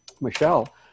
Michelle